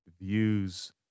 views